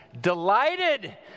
delighted